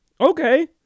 okay